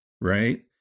right